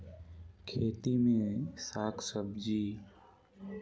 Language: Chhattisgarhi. खेती मे साक भाजी ल उगाय बर कोन बिधी कर प्रयोग करले अच्छा होयल?